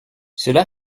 cela